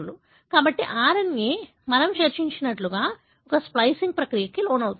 కాబట్టి RNA మనము చర్చించినట్లుగా ఒక స్ప్లికింగ్ ప్రక్రియకు లోనవుతుంది